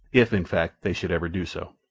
if, in fact, they should ever do so.